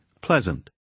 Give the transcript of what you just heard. pleasant